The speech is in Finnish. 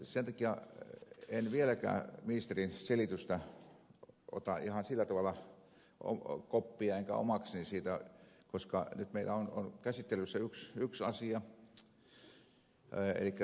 sen takia en vieläkään ministerin selityksestä ota ihan sillä tavalla koppia enkä ota omakseni sitä koska nyt meillä on käsittelyssä yksi asia